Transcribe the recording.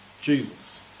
Jesus